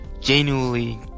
genuinely